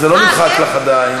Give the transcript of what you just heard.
וזה לא נמחק לך עדיין.